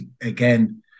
again